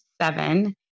seven